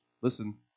listen